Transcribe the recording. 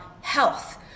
health